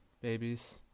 babies